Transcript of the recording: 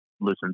listen